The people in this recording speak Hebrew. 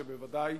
שבוודאי,